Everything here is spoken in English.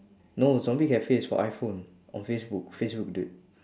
no zombie cafe is for iphone on facebook facebook dude